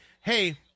hey-